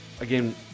again